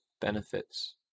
benefits